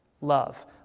love